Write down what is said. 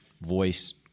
voice